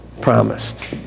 promised